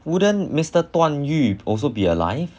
wouldn't mister 段誉 also be alive